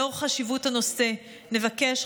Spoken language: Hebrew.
לאור חשיבות הנושא נבקש,